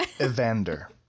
Evander